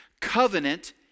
Covenant